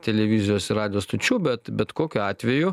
televizijos ir radijo stočių bet bet kokiu atveju